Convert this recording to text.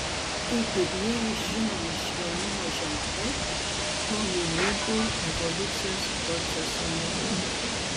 tai pirmieji žinomi švelnumo ženklai hominidų evoliucijos proceso metu